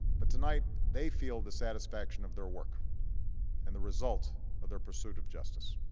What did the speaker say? but tonight, they feel the satisfaction of their work and the result of their pursuit of justice.